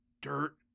dirt